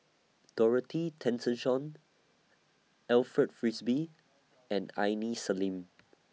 Dorothy Tessensohn Alfred Frisby and Aini Salim